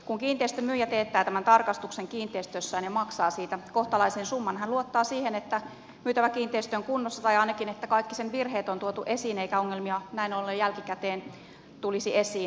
kun kiinteistön myyjä teettää tämän tarkastuksen kiinteistössään ja maksaa siitä kohtalaisen summan hän luottaa siihen että myytävä kiinteistö on kunnossa tai ainakin että kaikki sen virheet on tuotu esiin eikä ongelmia näin ollen jälkikäteen tulisi esiin